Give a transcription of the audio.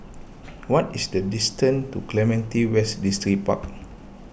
what is the distance to Clementi West Distripark